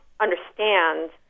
understand